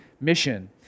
mission